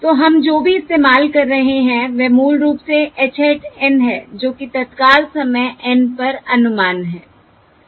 तो हम जो भी इस्तेमाल कर रहे हैं वह मूल रूप से h hat N है जो कि तत्काल समय N पर अनुमान है सही